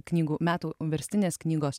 knygų metų verstinės knygos